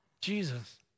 Jesus